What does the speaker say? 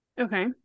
Okay